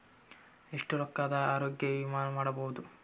ಎಷ್ಟ ರೊಕ್ಕದ ಆರೋಗ್ಯ ವಿಮಾ ಮಾಡಬಹುದು?